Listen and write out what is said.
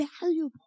valuable